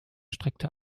streckte